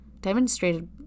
demonstrated